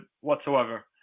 whatsoever